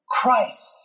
Christ